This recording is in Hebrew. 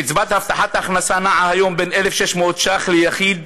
קצבת הבטחת הכנסה נעה היום בין 1,600 ש"ח ליחיד